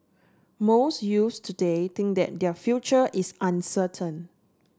most youths today think that their future is uncertain